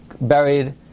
buried